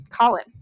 colin